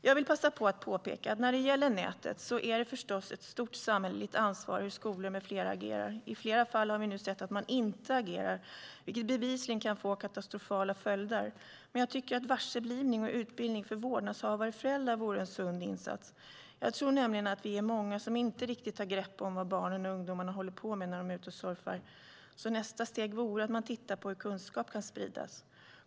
Jag vill passa på att påpeka att när det gäller nätet är det förstås ett stort samhälleligt ansvar hur skolor med flera agerar. I flera fall har vi nu sett att man inte agerar, vilket bevisligen kan få katastrofala följder. Jag tycker att varseblivning och utbildning för vårdnadshavare och föräldrar vore en sund insats. Jag tror nämligen att vi är många som inte riktigt har grepp om vad barnen och ungdomarna håller på med när de är ute och surfar. Nästa steg vore att man tittar på hur kunskap kan spridas.